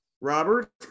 Robert